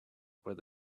where